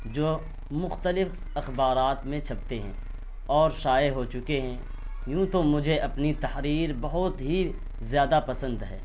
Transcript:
جو مختلف اخبارات میں چھپتے ہیں اور شائع ہو چکے ہیں یوں تو مجھے اپنی تحریر بہت ہی زیادہ پسند ہے